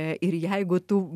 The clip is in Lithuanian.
ir jeigu tų